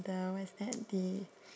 the what is that the